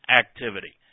activity